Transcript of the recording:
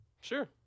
Sure